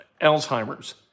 Alzheimer's